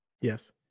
Yes